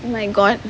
oh my god